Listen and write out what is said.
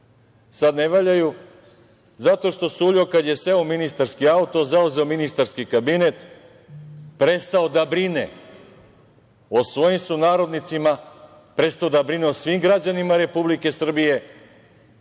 sad ne valjaju zato što je Suljo kad je seo u ministarski auto, zauzeo ministarski kabinet prestao da brine o svojim sunarodnicima, prestao da brine o svim građanima Republike Srbije,